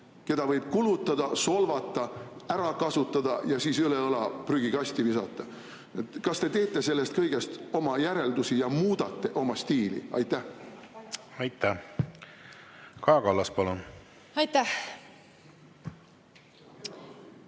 keda võib kulutada, solvata, ära kasutada ja siis üle õla prügikasti visata. Kas te teete sellest kõigest oma järeldusi ja muudate oma stiili? Aitäh, härra eesistuja!